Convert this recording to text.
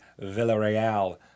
Villarreal